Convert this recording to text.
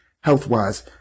health-wise